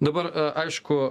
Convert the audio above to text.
dabar aišku